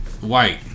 white